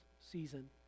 season